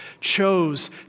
chose